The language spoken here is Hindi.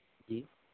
जी